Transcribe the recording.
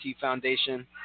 Foundation